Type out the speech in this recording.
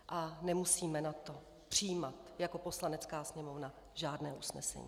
A nemusíme na to přijímat jako Poslanecká sněmovna žádné usnesení.